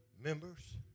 members